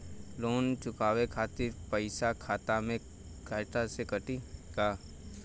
Loan चुकावे खातिर पईसा खाता से कटी का?